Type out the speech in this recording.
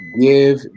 Give